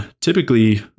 typically